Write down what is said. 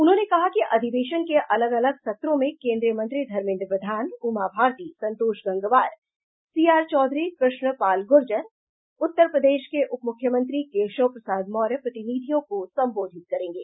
उन्होंने कहा कि अधिवेशन के अलग अलग सत्रों में केन्द्रीय मंत्री धर्मेन्द्र प्रधान उमा भारती संतोष गंगवार सीआर चौधरी कृष्ण पाल गुर्जर उत्तर प्रदेश के उप मुख्मयंत्री केशव प्रसाद मौर्य प्रतिनिधियों को संबोधित करेंगे